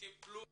טיפלו